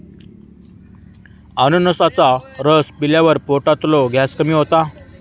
अननसाचो रस पिल्यावर पोटातलो गॅस कमी होता